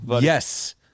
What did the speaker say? Yes